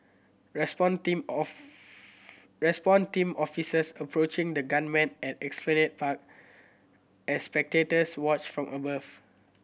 response team of response team officers approaching the gunman at Esplanade Park as spectators watch from above